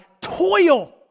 toil